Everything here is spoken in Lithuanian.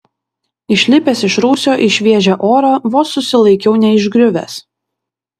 išlipęs iš rūsio į šviežią orą vos susilaikiau neišgriuvęs